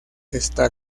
está